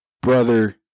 brother